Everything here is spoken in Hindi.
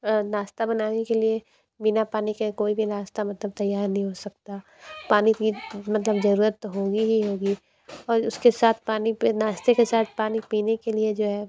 नाश्ता बनाने के लिए बिना पानी के कोई भी नाश्ता मतलब तैयार नहीं हो सकता पानी की मतलब ज़रूरत होगी ही होगी और उसके साथ पानी पर नाश्ते के साथ पानी पीने के लिए जो है